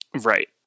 Right